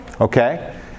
okay